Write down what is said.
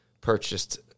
purchased